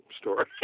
story